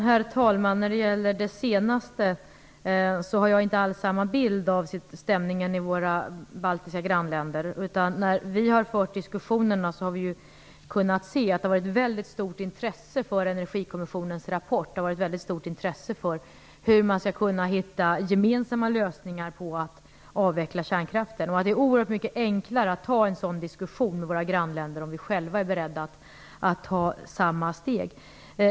Herr talman! När det gäller det senaste Mikael Odenberg sade har jag inte alls samma bild av stämningen i våra baltiska grannländer. När vi har fört dessa diskussioner har vi kunnat se ett väldigt stort intresse för Energikommissionens rapport. Det har visats intresse för hur man skall kunna hitta gemensamma lösningar när det gäller att avveckla kärnkraften. Det är också oerhört mycket enklare att ta en sådan diskussion med våra grannländer om vi själva är beredda att ta samma steg.